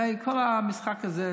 הרי כל המשחק הזה,